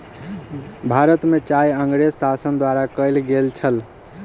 भारत में चाय अँगरेज़ शासन द्वारा कयल गेल छल